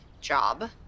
job